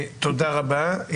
תודה רבה.